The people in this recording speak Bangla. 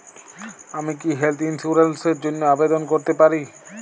আমি কি হেল্থ ইন্সুরেন্স র জন্য আবেদন করতে পারি?